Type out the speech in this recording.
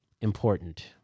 important